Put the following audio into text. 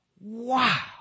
Wow